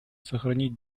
сохранить